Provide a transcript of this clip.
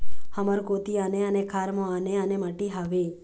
हमर कोती आने आने खार म आने आने माटी हावे?